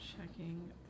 Checking